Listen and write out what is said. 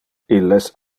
illes